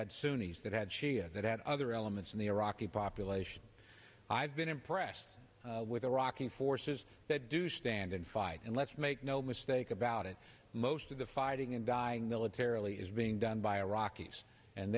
had sunni's that had shia that at other elements in the iraqi population i've been impressed with the rocking forces that do stand and fight and let's make no mistake about it most of the fighting and dying militarily is being done by a rockies and